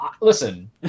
listen